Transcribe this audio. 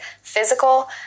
physical